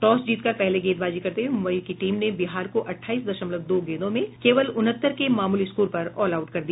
toss जीत कर पहले गेदबाजी करते हुए मुम्बई की टीम ने बिहार को अठाईस दशमलव दो गेंदों में केवल उन्हत्तर के मामूली स्कोर पर ऑल आउट कर दिया